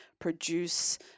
produce